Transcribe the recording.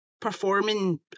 performing